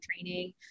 training